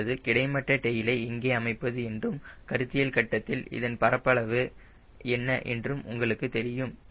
இப்பொழுது கிடைமட்ட டெயிலை எங்கே அமைப்பது என்றும் கருத்தியல் கட்டத்தில் இதன் பரப்பளவு என்ன என்றும் உங்களுக்கு தெரியும்